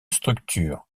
structure